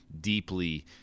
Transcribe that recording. deeply